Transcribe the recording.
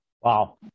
Wow